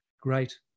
great